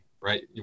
Right